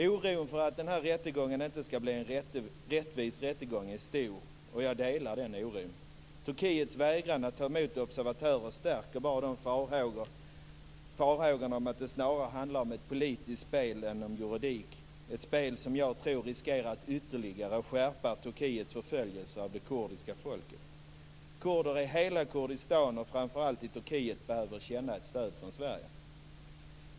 Oron för att denna rättegång inte skall bli en rättvis rättegång är stor, och jag delar den oron. Turkiets vägran att ta emot observatörer stärker bara farhågorna om att det snarare handlar om ett politiskt spel än om juridik - ett spel som jag tror riskerar att ytterligare skärpa Turkiets förföljelse av det kurdiska folket. Kurder i hela Kurdistan, och framför allt i Turkiet, behöver känna ett stöd från Sverige.